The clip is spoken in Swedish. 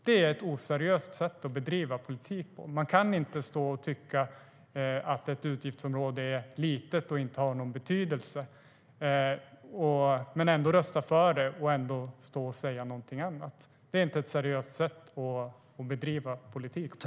Det är ett oseriöst sätt att bedriva politik på. Man kan inte stå och tycka att ett utgiftsområde är litet och inte har någon betydelse och säga att man står för ett annat budgetalternativ än det man röstade på. Det är inte ett seriöst sätt att bedriva politik på.